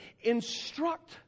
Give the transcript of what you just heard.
instruct